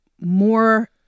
more